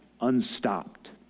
unstopped